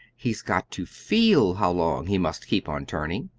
he's got to feel how long he must keep on turning.